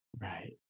Right